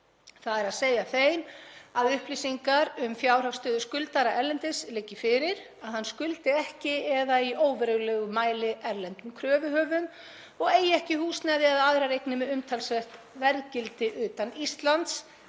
þ.e. þeim að upplýsingar um fjárhagsstöðu skuldara erlendis liggi fyrir, að hann skuldi ekki eða í óverulegum mæli erlendum kröfuhöfum og eigi ekki húsnæði eða aðrar eignir með umtalsvert verðgildi utan Íslands